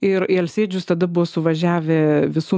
ir į alsėdžius tada buvo suvažiavę visų